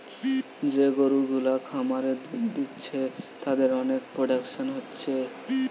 যে গরু গুলা খামারে দুধ দিচ্ছে তাদের অনেক প্রোডাকশন হচ্ছে